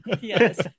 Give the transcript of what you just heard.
Yes